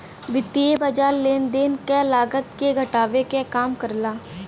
वित्तीय बाज़ार लेन देन क लागत के घटावे क काम करला